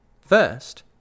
First